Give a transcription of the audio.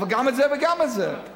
אבל גם את זה וגם את זה,